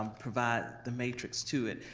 um provide the matrix to it.